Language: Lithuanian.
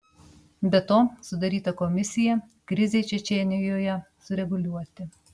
be to sudaryta komisija krizei čečėnijoje sureguliuoti